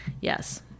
Yes